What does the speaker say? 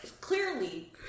clearly